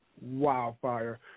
wildfire